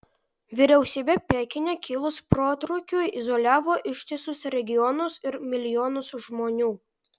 vyriausybė pekine kilus protrūkiui izoliavo ištisus regionus ir milijonus žmonių